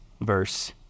verse